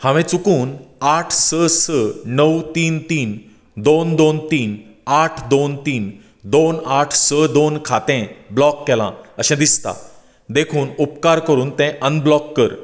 हांवें चुकून आठ स स णव तीन तीन दोन दोन तीन आठ दोन तीन दोन आठ स दोन खातें ब्लॉक केलां अशें दिसता देखून उपकार करून तें अनब्लॉक कर